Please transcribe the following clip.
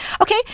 okay